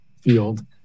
field